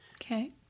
Okay